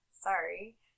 sorry